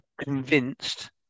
convinced